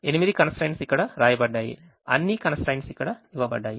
8 constraints ఇక్కడ వ్రాయబడ్డాయి అన్ని constraints ఇక్కడ ఇవ్వబడ్డాయి